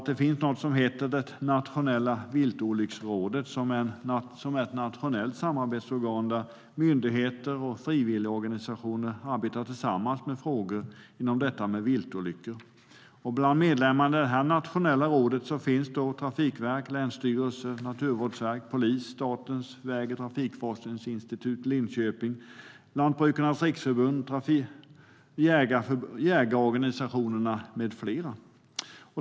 Nationella viltolycksrådet är ett nationellt samarbetsorgan där myndigheter och frivilligorganisationer arbetar tillsammans med frågor som rör viltolyckor. Bland medlemmarna i detta nationella råd finns Trafikverket, länsstyrelserna, Naturvårdsverket, polisen, Statens väg och transportforskningsinstitut i Linköping, Lantbrukarnas Riksförbund, jägarorganisationerna med flera.